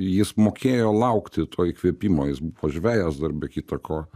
jis mokėjo laukti to įkvėpimo jis buvo žvejas dar be kita ko